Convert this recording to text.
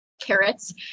carrots